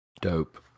Dope